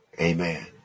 Amen